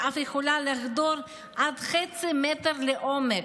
ואף יכולה לחדור עד חצי מטר לעומק.